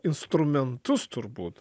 instrumentus turbūt